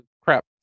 Crap